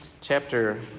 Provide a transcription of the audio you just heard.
chapter